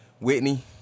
Whitney